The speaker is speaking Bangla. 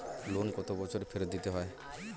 লোন কত বছরে ফেরত দিতে হয়?